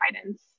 guidance